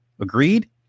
Agreed